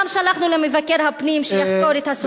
גם שלחנו למבקר הפנים, שיחקור את הסוגיה.